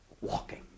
walking